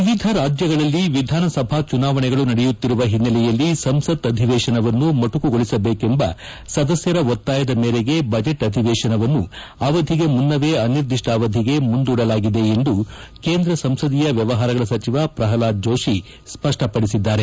ವಿವಿಧ ರಾಜ್ಯಗಳಲ್ಲಿ ವಿಧಾನಸಭಾ ಚುನಾವಣೆಗಳು ನಡೆಯುತ್ತಿರುವ ಹಿನ್ನೆಲೆಯಲ್ಲಿ ಸಂಸತ್ ಅಧಿವೇಶನವನ್ನು ಮೊಟಕುಗೊಳಿಸಬೇಕೆಂಬ ಸದಸ್ಯರ ಒತ್ತಾಯದ ಮೇರೆಗೆ ಬಜೆಟ್ ಅಧಿವೇಶನವನ್ನು ಅವಧಿಗೆ ಮುನ್ನವೇ ಅನಿರ್ದಿಷ್ಟಾವಧಿಗೆ ಮುಂದೂಡಲಾಗಿದೆ ಎಂದು ಕೇಂದ್ರ ಸಂಸದೀಯ ವ್ಯವಹಾರಗಳ ಸಚಿವ ಪ್ರಲ್ವಾದ್ ಜೋತಿ ಸ್ಪಷ್ಟಪಡಿಸಿದ್ದಾರೆ